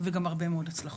וגם הרבה מאוד הצלחות.